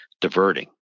diverting